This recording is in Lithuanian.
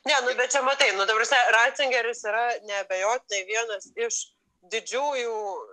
ne nu bet čia matai nu ta prasme racingeris yra neabejotinai vienas iš didžiųjų